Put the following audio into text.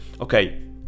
Okay